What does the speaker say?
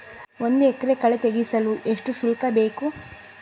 ಒಂದು ಎಕರೆ ಕಳೆ ತೆಗೆಸಲು ಎಷ್ಟು ಶುಲ್ಕ ಬೇಕು?